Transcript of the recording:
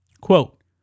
Quote